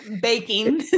baking